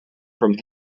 from